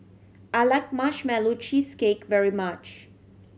I like Marshmallow Cheesecake very much